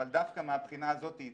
אבל דווקא מהבחינה הזאת זה